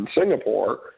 Singapore